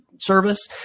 service